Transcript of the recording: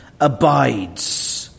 abides